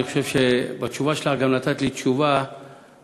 אני חושב שבתשובה שלך גם נתת לי תשובה על